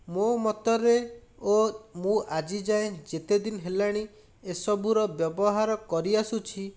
ମୋ ମତରେ ଓ ମୁଁ ଆଜିଯାଏଁ ଯେତେ ଦିନ ହେଲାଣି ଏସବୁର ବ୍ୟବହାର କରିଆସୁଛି